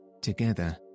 together